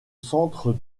centre